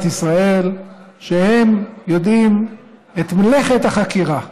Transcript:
ישראל שהם יודעים את מלאכת החקירה.